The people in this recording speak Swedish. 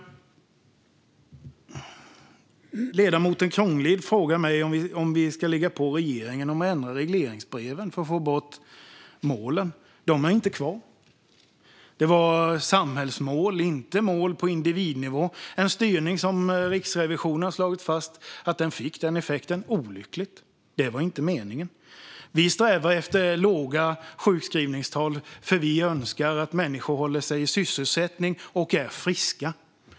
Ledamoten Kronlid frågar mig om vi ska ligga på regeringen om att ändra regleringsbreven för att få bort målen. De är inte kvar. Det var samhällsmål, inte mål på individnivå. Riksrevisionen har slagit fast att denna styrning fick den effekten, vilket var olyckligt. Det var inte meningen. Vi strävar efter låga sjukskrivningstal eftersom vi önskar att människor håller sig i sysselsättning och är friska.